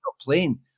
playing